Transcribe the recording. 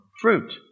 fruit